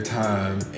time